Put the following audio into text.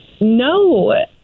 No